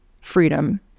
freedom